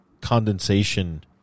condensation